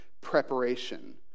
preparation